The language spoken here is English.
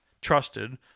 trusted